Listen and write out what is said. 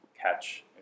catch